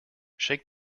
shake